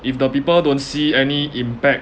if the people don't see any impact